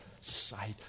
sight